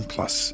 Plus